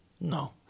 no